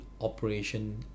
operation